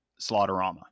Slaughterama